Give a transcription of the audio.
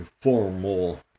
formal